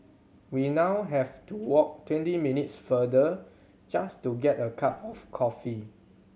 we now have to walk twenty minutes farther just to get a cup of coffee